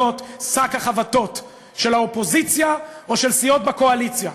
שק החבטות של האופוזיציה או של סיעות בקואליציה.